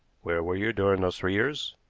where were you during those three years?